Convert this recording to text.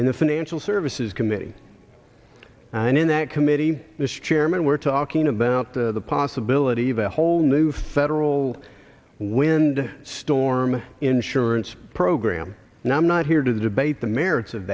in the financial services committee and in that committee chairman were talking about the possibility of a whole new federal wind storm insurance program and i'm not here to debate the merits of